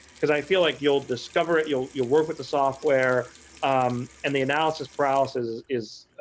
because i'll feel like you will discover it, you you work with the software and the analysis but analysis is